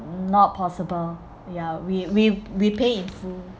not possible ya we we we pay in full